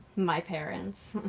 my parents,